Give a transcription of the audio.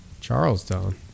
Charlestown